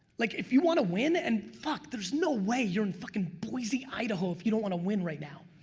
like if you want to win and fuck there's no way you're in fuckin' boise idaho if you don't want to win right now.